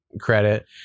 credit